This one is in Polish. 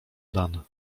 dan